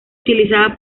utilizaba